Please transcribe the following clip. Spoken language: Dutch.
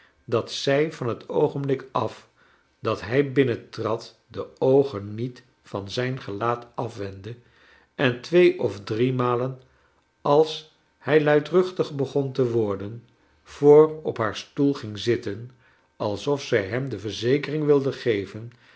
dat zij van het oogenblik af dat hij binnentrad de oogen niet van zijn gelaat afwendde en twee of drie malen als hij luidruchtig begon te worden voor op haar stoel ging zitten alsof zij hem de verzekering wilde geven